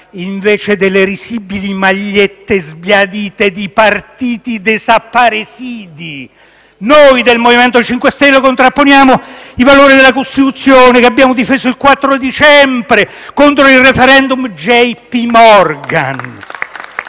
invece delle risibili magliette sbiadite di partiti *desaparecidos*, noi del MoVimento 5 Stelle contrapponiamo i valori della Costituzione, che abbiamo difeso il 4 dicembre contro il *referendum* J.P. Morgan.